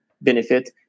benefit